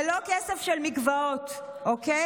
זה לא למקוואות, זה לא כסף של מקוואות, אוקיי?